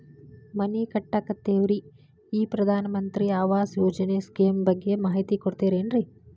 ಮನಿ ಕಟ್ಟಕತೇವಿ ರಿ ಈ ಪ್ರಧಾನ ಮಂತ್ರಿ ಆವಾಸ್ ಯೋಜನೆ ಸ್ಕೇಮ್ ಬಗ್ಗೆ ಮಾಹಿತಿ ಕೊಡ್ತೇರೆನ್ರಿ?